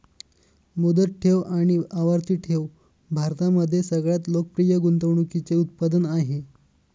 मुदत ठेव आणि आवर्ती ठेव भारतामध्ये सगळ्यात लोकप्रिय गुंतवणूकीचे उत्पादन आहे